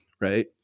right